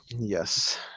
Yes